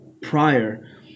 prior